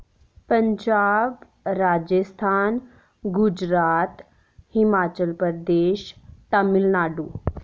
Punjab Rajasthan Gujarat Himachal Pradesh Tamil Nadu